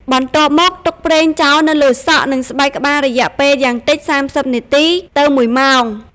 បន្ទាប់មក ទុកប្រេងចោលនៅលើសក់ និងស្បែកក្បាលរយៈពេលយ៉ាងតិច ៣០ នាទី ទៅ ១ ម៉ោង។